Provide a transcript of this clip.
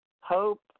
Hope